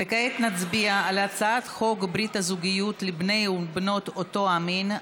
וכעת נצביע על הצעת חוק ברית הזוגיות לבני ולבנות אותו המין,